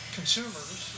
consumers